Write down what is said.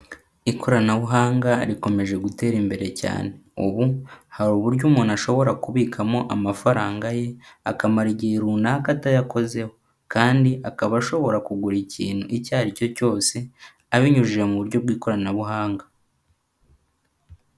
Ikoranabuhanga rikomeje gutera imbere cyane, ubu hari uburyo umuntu ashobora kubikamo amafaranga ye akamara igihe runaka atayakozeho, kandi akaba ashobora kugura ikintu icyo ari cyo cyose abinyujije mu buryo bw'ikoranabuhanga.